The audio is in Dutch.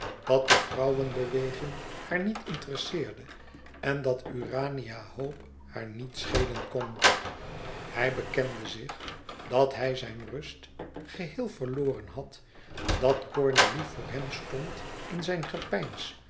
dat de vrouwenbeweging haar niet interesseerde en dat urania hope haar niet schelen kon hij bekende zich dat hij zijn rust geheel verloren had dat cornélie voor hem stond in zijn gepeins